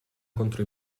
contro